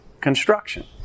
construction